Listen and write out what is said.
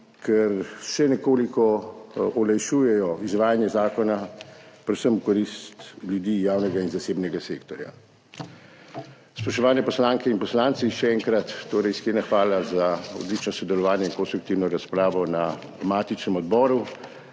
ker še nekoliko olajšujejo izvajanje zakona, predvsem v korist ljudi, javnega in zasebnega sektorja. Spoštovane poslanke in poslanci, še enkrat torej iskrena hvala za odlično sodelovanje in konstruktivno razpravo na matičnem odboru,